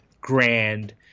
grand